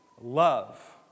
love